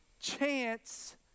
chance